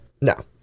No